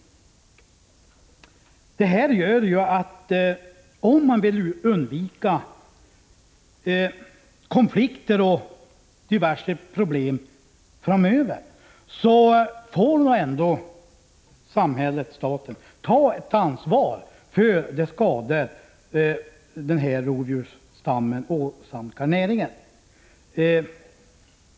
För att undvika konflikter och diverse problem framöver måste staten ta ett ansvar för de skador som den här rovdjursstammen åsamkar rennäringen.